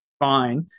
fine